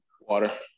Water